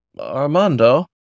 Armando